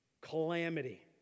Calamity